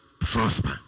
prosper